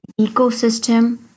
ecosystem